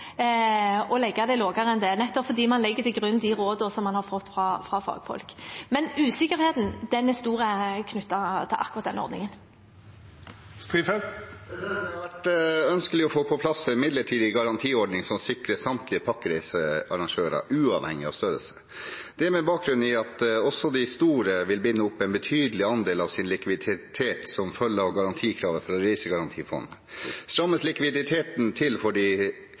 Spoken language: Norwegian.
det lavere enn det, nettopp fordi man legger til grunn de rådene man har fått fra fagfolk. Men usikkerheten er stor knyttet til akkurat denne ordningen. Det har vært ønskelig å få på plass en midlertidig garantiordning som sikrer samtlige pakkereisearrangører, uavhengig av størrelsen. Det er med bakgrunn i at også de store vil binde opp en betydelig andel av sin likviditet som følge av garantikravet fra Reisegarantifondet. Strammes likviditeten til for de